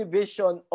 vision